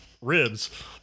ribs